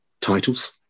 titles